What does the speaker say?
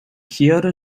kyoto